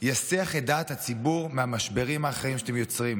יסיח את דעת הציבור מהמשברים האחרים שאתם יוצרים.